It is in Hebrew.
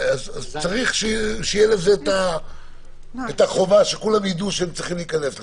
אז צריך שתהיה החובה שכולם ידעו שהם צריכים להיכנס לשם,